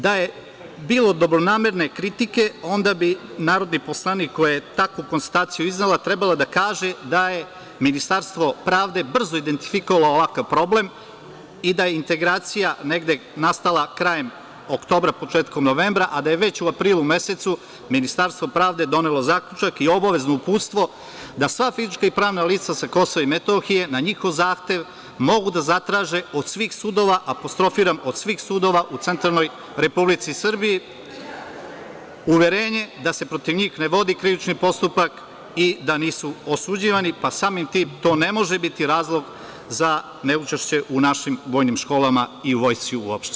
Da je bilo dobronamerne kritike, onda bi narodni poslanik koja je takvu konstataciju iznela, trebala da kaže da je Ministarstvo pravde brzo identifikovalo ovakav problem i da je integracija negde nastala krajem oktobra, početkom novembra a da je već u aprilu mesecu Ministarstvo pravde donelo zaključak i obavezno uputstvo da sva fizička i pravna lica sa Kosva i Metohije, na njihov zahtev, mogu da zatraže od svih sudova, apostrofiram od svih sudova, u centralnoj Republici Srbiji, uverenje da se protiv njih ne vodi krivični postupak i da nisu osuđivani, pa samim tim to ne može biti razlog za neučešće u našim vojnim školama i Vojsci uopšte.